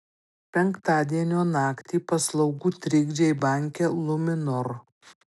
penktadienio naktį paslaugų trikdžiai banke luminor